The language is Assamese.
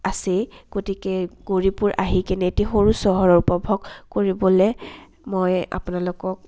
আছেই গতিকে গৌৰীপুৰ আহি কিনে এটি সৰু চহৰ উপভোগ কৰিবলে মই আপোনালোকক